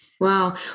Wow